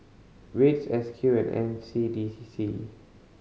wits S Q and N C D C C